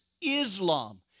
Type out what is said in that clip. Islam